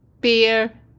beer